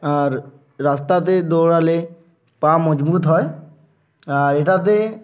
আর রাস্তাতে দৌড়ালে পা মজবুত হয় আর এটাতে